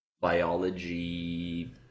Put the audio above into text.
biology